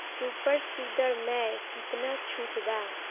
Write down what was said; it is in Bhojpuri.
सुपर सीडर मै कितना छुट बा?